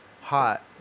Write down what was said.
hot